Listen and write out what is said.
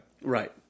Right